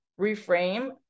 reframe